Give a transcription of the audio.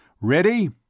Ready